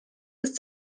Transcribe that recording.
ist